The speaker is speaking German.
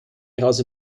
heraus